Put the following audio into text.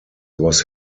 was